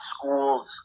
school's